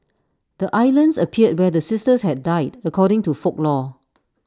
the islands appeared where the sisters had died according to folklore